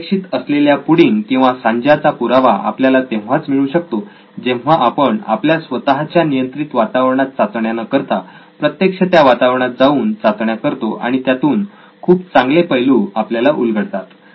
अपेक्षित असलेल्या पुडिंग किंवा सांजा चा पुरावा आपल्याला तेव्हाच मिळू शकतो जेव्हा आपण आपल्या स्वतःच्या नियंत्रित वातावरणात चाचण्या न करता प्रत्यक्ष त्या वातावरणात जाऊन चाचण्या करतो आणि त्यातून खूप चांगले पैलू आपल्याला उलगडतात